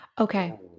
Okay